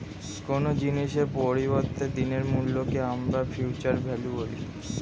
কোনো জিনিসের পরবর্তী দিনের মূল্যকে আমরা ফিউচার ভ্যালু বলি